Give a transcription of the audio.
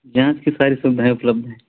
जाँच की सारी सुविधाएं उपलब्ध हैं